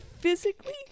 physically